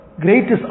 greatest